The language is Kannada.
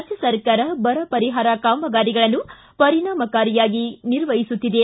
ರಾಜ್ಯ ಸರ್ಕಾರ ಬರ ಪರಿಹಾರ ಕಾಮಗಾರಿಗಳನ್ನು ಪರಿಣಾಮಕಾರಿಯಾಗಿ ನಿರ್ವಹಿಸಲಿದೆ